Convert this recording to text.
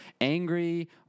angry